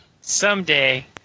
Someday